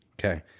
Okay